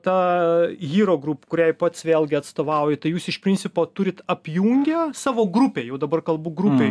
ta hyro grup kuriai pats vėlgi atstovauji tai jūs iš principo turit apjungę savo grupę jau dabar kalbu grupę